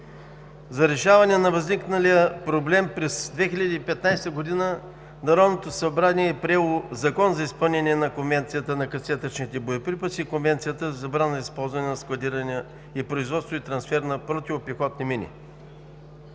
За решаване на възникналия проблем през 2015 г. Народното събрание е приело Закон за изпълнение на Конвенцията на касетъчните боеприпаси и Конвенцията за забрана на използването, складирането, производството и трансфера на противопехотни мини.